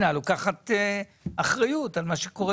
לוקחת אחריות.